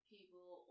people